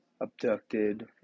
abducted